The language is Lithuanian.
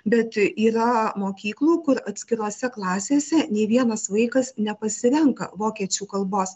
bet yra mokyklų kur atskirose klasėse nei vienas vaikas nepasirenka vokiečių kalbos